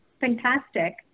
fantastic